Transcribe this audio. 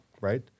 right